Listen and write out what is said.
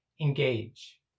engage